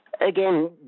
again